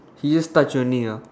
he just touch only ah